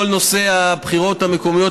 כל נושא הבחירות המקומיות,